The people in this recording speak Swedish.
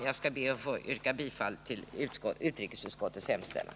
Jag ber att få yrka bifall til utrikesutskottets hemställan.